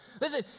Listen